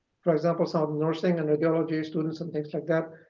for example, some of the nursing and geology students and things like that,